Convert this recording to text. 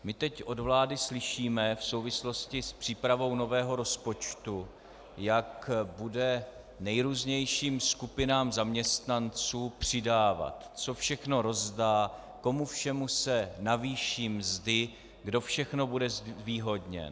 My teď od vlády slyšíme v souvislosti s přípravou nového rozpočtu, jak bude nejrůznějším skupinám zaměstnancům přidávat, co všechno rozdá, komu všemu se navýší mzdy, kdo všechno bude zvýhodněn.